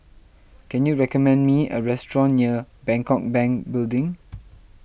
can you recommend me a restaurant near Bangkok Bank Building